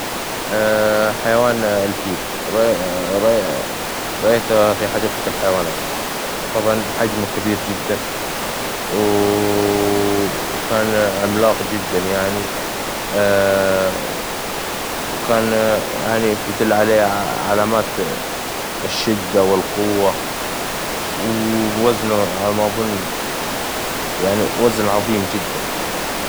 حيوان الفيل رأ-رأ- رأيته في حديقة الحيوانات طبعًا حجمه كبير جدًا، وكان عملاق جدًا يعني وكان يعني تدل عليه علامات الشدة والقوة ووزنه على ما أظن يعني وزن عظيم جدًا يعني.